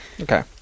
Okay